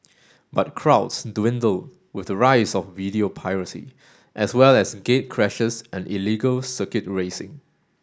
but crowds dwindled with the rise of video piracy as well as gatecrashers and illegal circuit racing